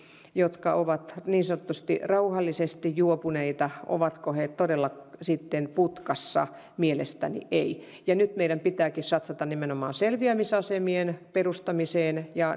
jotka ovat niin sanotusti rauhallisesti juopuneita kuuluvat todella sitten putkaan mielestäni eivät ja nyt meidän pitääkin satsata nimenomaan selviämisasemien perustamiseen ja